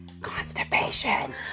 Constipation